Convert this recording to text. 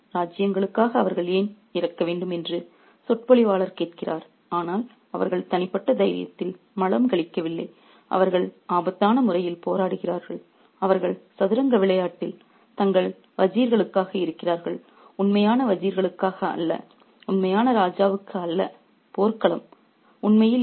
ராஜாக்கள் அல்லது ராஜ்யங்களுக்காக அவர்கள் ஏன் இறக்க வேண்டும் என்று சொற்பொழிவாளர் கேட்கிறார் ஆனால் அவர்கள் தனிப்பட்ட தைரியத்தில் மலம் கழிக்கவில்லை அவர்கள் ஆபத்தான முறையில் போராடுகிறார்கள் அவர்கள் சதுரங்க விளையாட்டில் தங்கள் வஜீர்களுக்காக இறக்கிறார்கள் உண்மையான வஜீர்களுக்காக அல்ல உண்மையான ராஜாவுக்கு அல்ல போர்க்களம்